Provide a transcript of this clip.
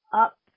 up